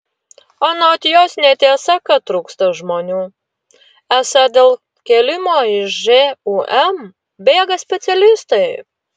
anot jos netiesa kad trūksta žmonių esą dėl kėlimo iš žūm bėga specialistai